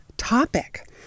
topic